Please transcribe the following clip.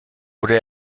wurde